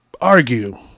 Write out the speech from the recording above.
argue